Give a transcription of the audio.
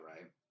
right